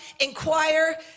inquire